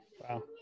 Wow